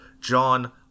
john